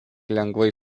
lengvai